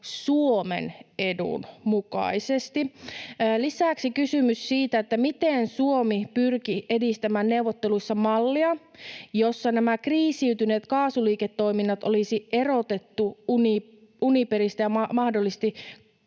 Suomen edun mukaisesti. Lisäksi on kysymys siitä, miten Suomi pyrki edistämään neuvotteluissa mallia, jossa nämä kriisiytyneet kaasuliiketoiminnat olisi erotettu Uniperista ja mahdollisesti